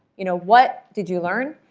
you know what did you learn?